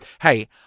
hey